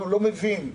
מבין: